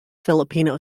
filipino